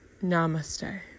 namaste